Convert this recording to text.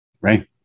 Right